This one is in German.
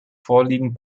vorliegen